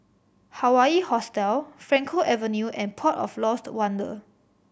Hawaii Hostel Frankel Avenue and Port of Lost Wonder